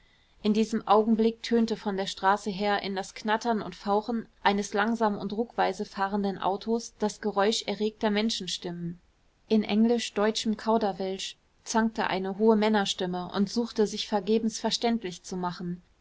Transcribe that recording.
in diesem augenblick tönte von der straße her in das knattern und fauchen eines langsam und ruckweise fahrenden autos das geräusch erregter menschenstimmen in englisch deutschem kauderwelsch zankte eine hohe männerstimme und suchte sich vergebens verständlich zu machen